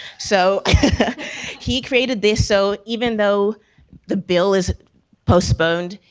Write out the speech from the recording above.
so he created this, so even though the bill is postponed,